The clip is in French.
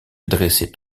dressait